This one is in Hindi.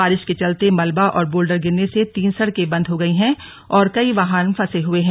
बारिश के चलते मलबा और बोल्डर गिरने से तीन सड़कें बंद हो गई हैं और कई वाहन फंसे हुए हैं